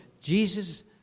Jesus